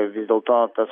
vis dėlto tas